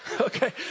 Okay